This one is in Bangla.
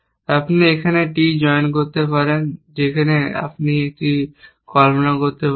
আপনি এখানে একটি টি জয়েন্ট দেখতে পারেন যে ক্ষেত্রে আপনি কল্পনা করতে পারেন